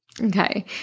Okay